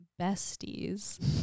besties